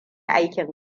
aikin